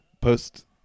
post